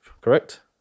correct